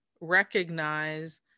recognize